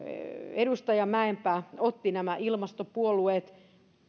edustaja mäenpää otti ilmastopuolueet